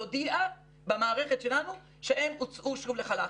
להודיע במערכת שלנו שהם הוצאו שוב לחל"ת.